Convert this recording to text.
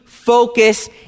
Focus